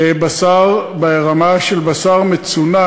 בשר ברמה של בשר מצונן.